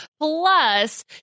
Plus